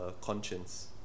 conscience